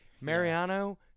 Mariano